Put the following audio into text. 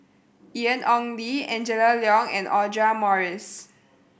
Ian Ong Li Angela Liong and Audra Morrice